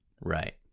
Right